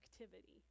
activity